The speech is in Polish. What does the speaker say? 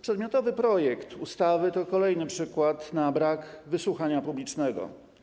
Przedmiotowy projekt ustawy to kolejny przykład braku wysłuchania publicznego.